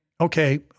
okay